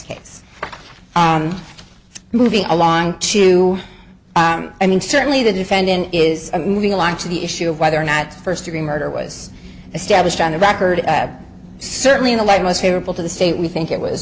case moving along to i mean certainly the defendant is moving along to the issue of whether or not first degree murder was established on the record certainly in the light most favorable to the state we think it was